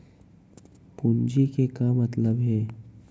पूंजी के का मतलब हे?